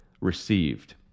received